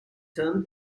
turn